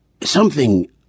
Something